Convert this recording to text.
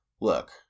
Look